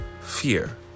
fear